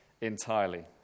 entirely